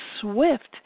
swift